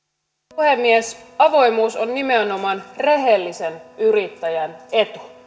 puhemies avoimuus on nimenomaan rehellisen yrittäjän etu